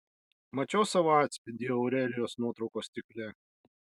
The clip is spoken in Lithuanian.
mačiau savo atspindį aurelijos nuotraukos stikle